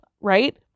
right